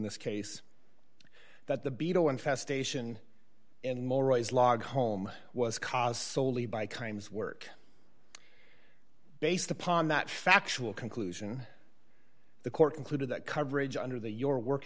this case that the beetle infestation and mores log home was cost soley by crimes work based upon that factual conclusion the court concluded that coverage under the your work